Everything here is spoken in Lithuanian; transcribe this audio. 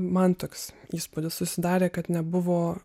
man toks įspūdis susidarė kad nebuvo